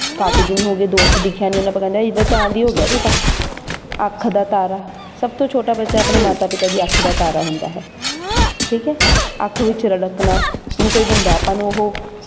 ਕਾਫੀ ਦਿਨ ਹੋ ਗਏ ਦੋਸਤ ਦਿਖਿਆ ਨਹੀਂ ਉਹਨੂੰ ਆਪਾਂ ਕਹਿੰਦੇ ਹਾਂ ਈਦ ਦਾ ਚੰਦ ਹੀ ਹੋ ਗਿਆ ਤੂੰ ਤਾਂ ਅੱਖ ਦਾ ਤਾਰਾ ਸਭ ਤੋਂ ਛੋਟਾ ਬੱਚਾ ਆਪਣੇ ਮਾਤਾ ਪਿਤਾ ਦੀ ਅੱਖ ਦਾ ਤਾਰਾ ਹੁੰਦਾ ਹੈ ਠੀਕ ਹੈ ਅੱਖ ਵਿੱਚ ਰੜਕਣਾ ਹੁਣ ਕੋਈ ਬੰਦਾ ਆਪਾਂ ਨੂੰ ਉਹ